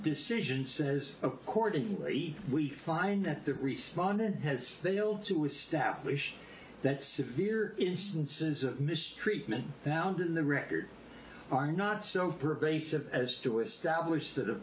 decision says accordingly we find that the responded has failed to establish that severe instances of mistreatment now and in the record are not so pervasive as to establish th